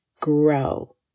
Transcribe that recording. grow